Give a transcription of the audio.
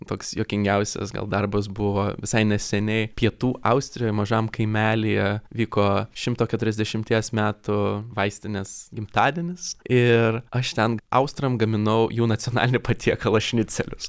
toks juokingiausias gal darbas buvo visai neseniai pietų austrijoj mažam kaimelyje vyko šimto keturiasdešimties metų vaistinės gimtadienis ir aš ten austram gaminau jų nacionalinį patiekalą šnicelius